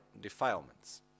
defilements